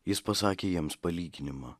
jis pasakė jiems palyginimą